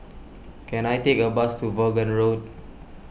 can I take a bus to Vaughan Road